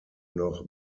noch